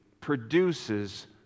produces